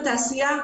התעשייה,